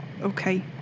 Okay